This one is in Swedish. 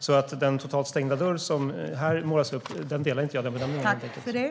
Jag delar helt enkelt inte bedömningen om den totalt stängda dörr som här målas upp.